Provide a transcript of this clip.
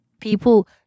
people